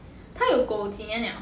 他有狗几年了